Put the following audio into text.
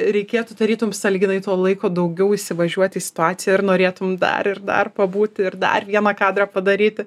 reikėtų tarytum sąlyginai to laiko daugiau įsivažiuoti į situaciją ir norėtum dar ir dar pabūti ir dar vieną kadrą padaryti